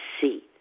see